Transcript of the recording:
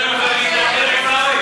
אומנם קשה לי לשמוע את הדברים,